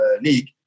league